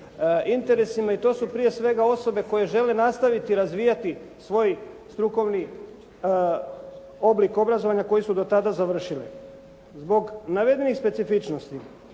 interesima i to su prije svega osobe koje žele nastaviti razvijati svoj strukovni oblik obrazovanja koji su do tada završili. Zbog navedenih specifičnosti